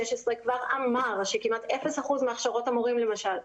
כבר אמר שכמעט אפס אחוז מהכשרות המורים למשל,